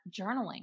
journaling